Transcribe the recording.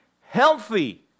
healthy